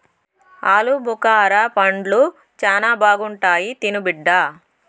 ఆలుబుకారా పండ్లు శానా బాగుంటాయి తిను బిడ్డ